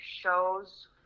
shows